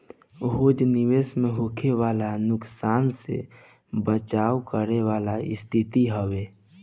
hedge निवेश में होखे वाला नुकसान से बचाव करे वाला स्थिति हवे